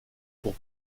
pour